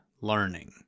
learning